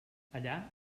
allà